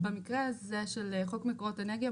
במקרה הזה של חוק מקורות אנרגיה,